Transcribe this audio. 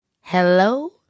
Hello